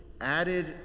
added